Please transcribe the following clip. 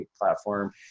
platform